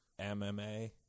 MMA